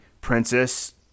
princess